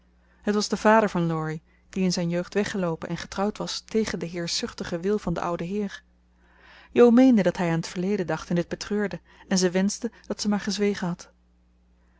het was de vader van laurie die in zijn jeugd weggeloopen en getrouwd was tegen den heerschzuchtigen wil van den ouden heer jo meende dat hij aan t verleden dacht en dit betreurde en ze wenschte dat ze maar gezwegen had